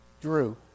Drew